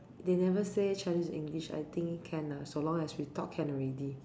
they never say Chinese English I think can lah so long as we talk can already